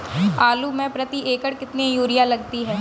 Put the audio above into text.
आलू में प्रति एकण कितनी यूरिया लगती है?